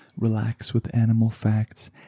relaxwithanimalfacts